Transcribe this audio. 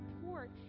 support